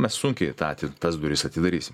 mes sunkiai tą ti tas duris atidarysim